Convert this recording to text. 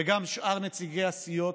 וגם שאר נציגי הסיעות,